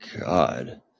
God